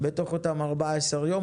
בתוך אותם 14 ימים,